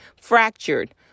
fractured